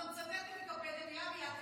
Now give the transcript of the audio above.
אתה מצטט מוויקיפדיה מילה מילה,